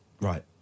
Right